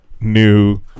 new